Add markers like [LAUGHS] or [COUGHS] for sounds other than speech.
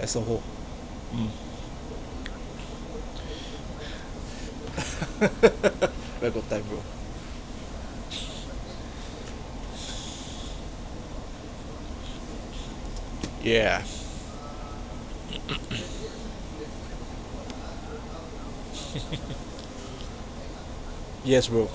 as a whole um [LAUGHS] where got time bro yeah [COUGHS] [LAUGHS] yes bro